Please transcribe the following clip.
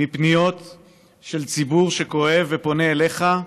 מפניות של ציבור שכואב ופונה אליך,